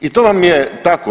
I to vam je tako.